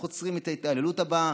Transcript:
איך עוצרים את ההתעללות הבאה,